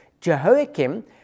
Jehoiakim